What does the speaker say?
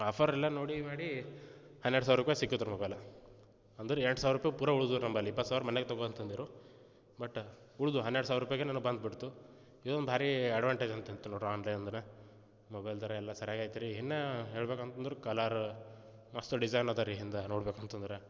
offer ಎಲ್ಲ ನೋಡಿ ಮಾಡಿ ಹನ್ನೆರಡು ಸಾವ್ರ ರೂಪೈ ಸಿಕ್ಕಿತು ರೀ ಮೊಬೈಲ್ ಅಂದ್ರೆ ಎಂಟು ಸಾವ್ರ ರೂಪೈ ಪೂರಾ ಉಳಿದವು ರಿ ನಂಬಳಿ ಇಪ್ಪತ್ತು ಸಾವ್ರ ಮನೆಯಾಗ ತಗೋ ಅಂತಂದಿರು ಬಟ್ ಉಳಿದವು ಹನ್ನೆರಡು ಸಾವ್ರ ರೂಪೈಗೆ ನನ್ಗೆ ಬಂದು ಬಿಡ್ತು ಇದೊಂದು ಭಾರಿ ಅಡ್ವಾಂಟೇಜ್ ಅಂತಂತೆ ನೋಡಿರಿ ಆನ್ ಲೈನ್ ಅಂದ್ರೆ ಮೊಬೈಲ್ ದರ ಎಲ್ಲ ಸರಿಯಾಗಿ ಐತೆ ರೀ ಇನ್ನು ಹೇಳ್ಬೇಕು ಅಂತಂದ್ರೆ ಕಲರ್ ಮಸ್ತ ಡಿಸೈನ್ ಇದೆ ರೀ ಹಿಂದ ನೋಡ್ಬೇಕು ಅಂತಂದ್ರೆ